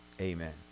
Amen